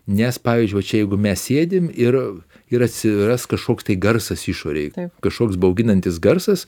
nes pavyzdžiui va čia jeigu mes sėdim ir ir atsiras kažkoks tai garsas išorėj kažkoks bauginantis garsas